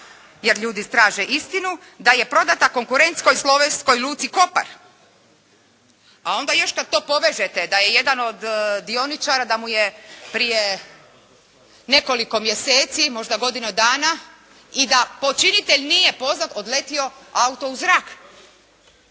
jer ljudi traže istinu da je prodata konkurentskoj Slovenskoj luci Kopar. Onda kada to još povežete da je jedan od dioničara da mu je prije nekoliko mjeseci, možda godinu dana i da počinitelj nije pozvat, odletio auto u zrak.